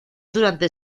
durante